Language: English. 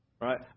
Right